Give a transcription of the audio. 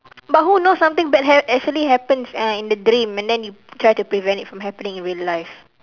but who knows something bad ha~ actually happens uh in the dream and then you try to prevent it from happening in real life